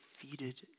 defeated